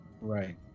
Right